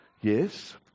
yes